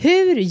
Hur